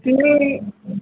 नहि